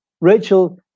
Rachel